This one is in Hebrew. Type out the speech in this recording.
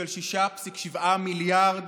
6.7 מיליארד